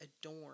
adorn